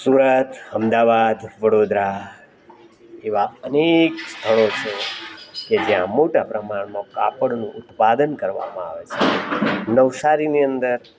સુરત અમદાવાદ વડોદરા એવા અનેક સ્થળો છે કે જ્યાં મોટા પ્રમાણમાં કાપડનું ઉત્પાદન કરવામાં આવે છે નવસારીની અંદર